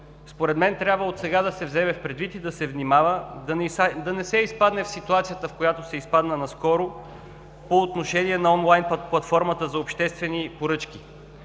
според мен трябва отсега да се вземе предвид и да се внимава да не се изпадне в ситуацията, в която се изпадна наскоро по отношение на онлайн платформата за обществени поръчки.